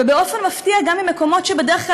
ובאופן מפתיע גם ממקומות שבדרך כלל